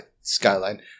skyline